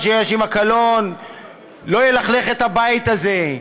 שיש עימה קלון לא ילכלך את הבית הזה,